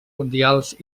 mundials